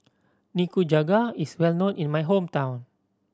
Nikujaga is well known in my hometown